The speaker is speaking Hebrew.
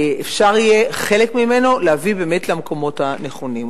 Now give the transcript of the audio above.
אפשר יהיה חלק ממנו להביא באמת למקומות הנכונים.